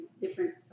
different